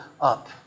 up